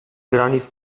granic